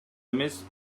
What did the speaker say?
эмес